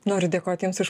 noriu dėkoti jums už